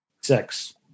Six